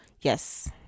Yes